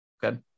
good